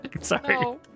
Sorry